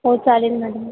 हो चालेल मॅडम